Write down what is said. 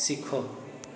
ଶିଖ